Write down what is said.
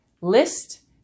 list